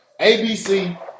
ABC